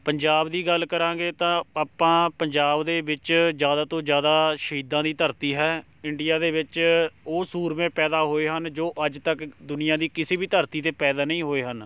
ਪੰਜਾਬ ਦੀ ਗੱਲ ਕਰਾਂਗੇ ਤਾਂ ਆਪਾਂ ਪੰਜਾਬ ਦੇ ਵਿੱਚ ਜ਼ਿਆਦਾ ਤੋਂ ਜ਼ਿਆਦਾ ਸ਼ਹੀਦਾਂ ਦੀ ਧਰਤੀ ਹੈ ਇੰਡੀਆ ਦੇ ਵਿੱਚ ਉਹ ਸੂਰਮੇ ਪੈਦਾ ਹੋਏ ਹਨ ਜੋ ਅੱਜ ਤੱਕ ਦੁਨੀਆਂ ਦੀ ਕਿਸੇ ਵੀ ਧਰਤੀ 'ਤੇ ਪੈਦਾ ਨਹੀਂ ਹੋਏ ਹਨ